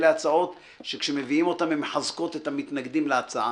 אלה הצעות שכשמביאים אותן הן מחזקות את המתנגדים להצעה.